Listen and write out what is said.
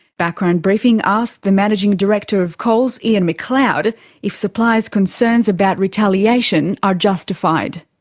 background briefing asked the managing director of coles ian mcleod if suppliers concerns about retaliation are justified.